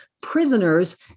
prisoners